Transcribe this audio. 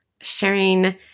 sharing